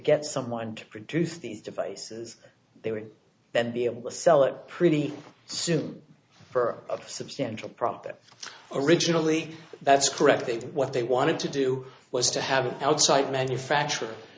get someone to produce these devices they would then be able to sell it pretty soon for a substantial profit originally that's correct they did what they wanted to do was to have an outside manufacturer